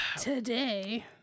today